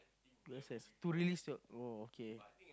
U_S_S to release your oh okay